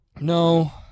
No